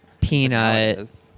peanut